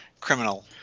criminal